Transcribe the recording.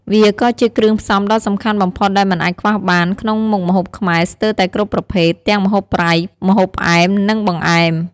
វាក៏ជាគ្រឿងផ្សំដ៏សំខាន់បំផុតដែលមិនអាចខ្វះបានក្នុងមុខម្ហូបខ្មែរស្ទើរតែគ្រប់ប្រភេទ ទាំងម្ហូបប្រៃ ម្ហូបផ្អែម និងបង្អែម។